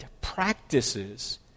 practices